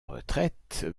retraite